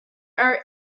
are